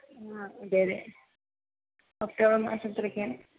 ആ അതെ അതെ ഒക്ടോബർ മാസത്തിലൊക്കെയാണ്